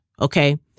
Okay